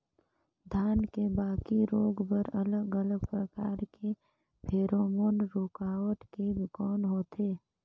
धान के बाकी रोग बर अलग अलग प्रकार के फेरोमोन रूकावट के कौन होथे?